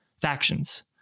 factions